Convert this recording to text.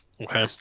Okay